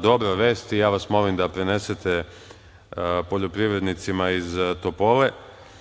Dobra vest, i ja vas molim da prenesete poljoprivrednicima iz Topole,